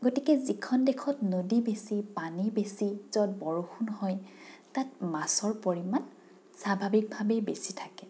গতিকে যিখন দেশত নদী বেছি পানী বেছি য'ত বৰষুণ হয় তাত মাছৰ পৰিমাণ স্বাভাৱিকভাৱেই বেছি থাকে